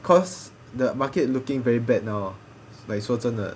cause the market looking very bad now like 说真的